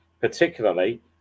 particularly